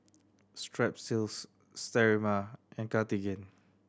Strepsils Sterimar and Cartigain